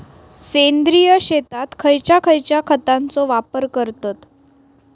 सेंद्रिय शेतात खयच्या खयच्या खतांचो वापर करतत?